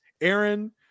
aaron